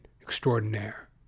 extraordinaire